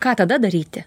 ką tada daryti